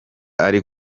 ari